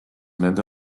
nende